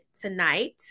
tonight